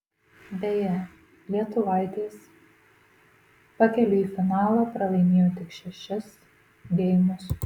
beje lietuvaitės pakeliui į finalą pralaimėjo tik šešis geimus